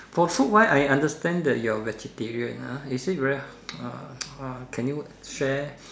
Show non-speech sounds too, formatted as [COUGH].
for food wise I understand that you're vegetarian ah is it very [NOISE] ah can you share